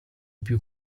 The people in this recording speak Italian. più